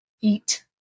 eat